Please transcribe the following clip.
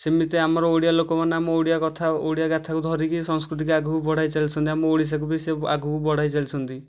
ସେମିତି ଆମର ଓଡ଼ିଆ ଲୋକମାନେ ଆମ ଓଡ଼ିଆ କଥା ଓଡ଼ିଆ ଗାଥାକୁ ଧରିକି ସଂସ୍କୃତିକୁ ଆଗକୁ ବଢ଼ାଇ ଚାଲିଛନ୍ତି ଆମ ଓଡ଼ିଶାକୁ ବି ସେ ଆଗକୁ ବଢ଼ାଇଚାଲିଛନ୍ତି